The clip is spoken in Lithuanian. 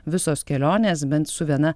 visos kelionės bent su viena